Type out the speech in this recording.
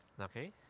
okay